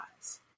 eyes